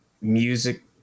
music